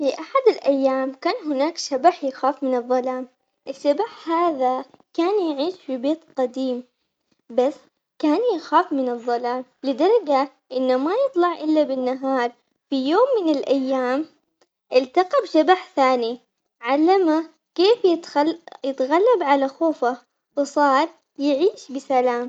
في أحد الأيام كان هناك شبح يخاف من الظلام، الشبح هذا كان يعيش في بيت قديم بس كان يخاف من الظلام لدرجة إنه ما يطلع إلا بالنهار، في يوم من الأيام التقى بشبح ثاني علمه كيف يتخ- يتغلب على خوفه وصار يعيش بسلام.